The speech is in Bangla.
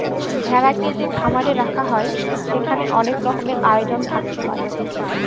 ভেড়াকে যে খামারে রাখা হয় সেখানে অনেক রকমের আয়োজন থাকতে হয়